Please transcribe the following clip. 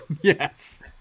Yes